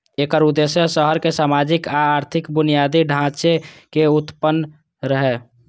एकर उद्देश्य शहर मे सामाजिक आ आर्थिक बुनियादी ढांचे के उन्नयन रहै